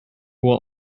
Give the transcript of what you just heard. will